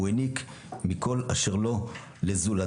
הוא העניק מכל אשר לו לזולתו,